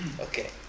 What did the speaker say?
Okay